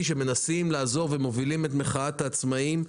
שמנסים לעזור ומובילים את מחאת העצמאים,